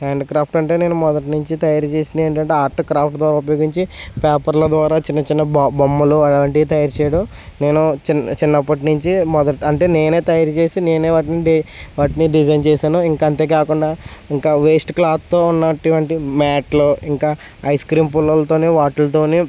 handcraft అంటే నేను మొదటి నుంచి తయారుచేసినవి ఏంటంటే ఆర్ట్ క్రాఫ్ట్తో ఉపయోగించి పేపర్ల ద్వారా చిన్న చిన్న బ బొమ్మలు అలాంటివి తయారు చేయడం నేను చిన్న చిన్నప్పటి నుంచి అంటే నేనే తయారు చేసి నేనే వాటిని డి వాటిని డిజైన్ చేశాను ఇంకా అంతే కాకుండా ఇంకా వేస్ట్ క్లాత్తో ఉన్నటువంటి మ్యాట్లు ఇంకా ఐస్ క్రీమ్ పుల్లలతో వాటితో